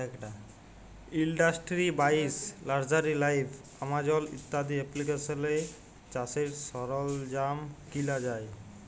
industry buys, nursery live, Amazon ইত্যাদি এপ্লিকেশলে চাষের সরল্জাম কিলা যায়